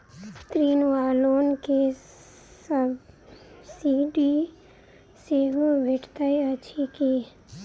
ऋण वा लोन केँ सब्सिडी सेहो भेटइत अछि की?